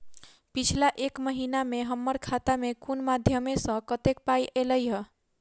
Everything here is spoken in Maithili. पिछला एक महीना मे हम्मर खाता मे कुन मध्यमे सऽ कत्तेक पाई ऐलई ह?